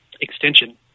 extension